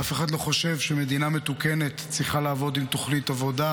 אף אחד לא חושב שמדינה מתוקנת צריכה לעבוד עם תוכנית עבודה,